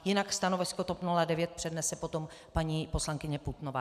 Jinak stanovisko TOP 09 přednese potom paní poslankyně Putnová.